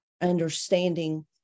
understanding